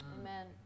Amen